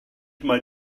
mae